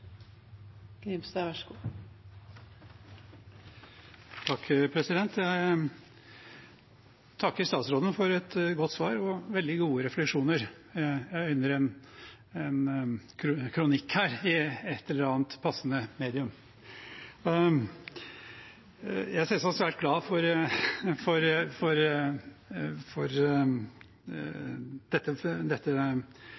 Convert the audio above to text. Jeg takker statsråden for et godt svar og veldig gode refleksjoner. Jeg øyner en kronikk her i et eller annet passende medium. Jeg er selvsagt svært glad for